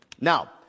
Now